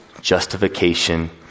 Justification